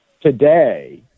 today